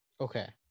Okay